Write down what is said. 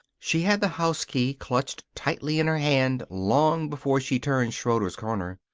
she had the house key clutched tightly in her hand long before she turned schroeder's corner.